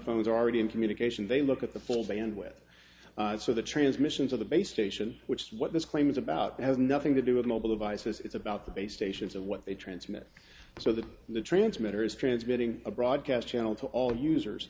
phones already in communication they look at the full band with it so the transmissions of the base station which is what this claim is about has nothing to do with mobile devices it's about the base stations and what they transmit so that the transmitter is transmitting a broadcast channel to all users